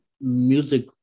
music